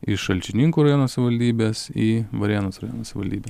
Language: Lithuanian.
iš šalčininkų rajono savivaldybės į varėnos rajono savivaldybę